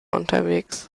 unterwegs